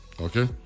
Okay